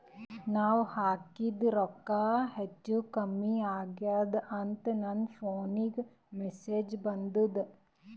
ನಾವ ಹಾಕಿದ ರೊಕ್ಕ ಹೆಚ್ಚು, ಕಮ್ಮಿ ಆಗೆದ ಅಂತ ನನ ಫೋನಿಗ ಮೆಸೇಜ್ ಬರ್ತದ?